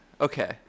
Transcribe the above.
Okay